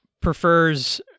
prefers